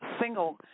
single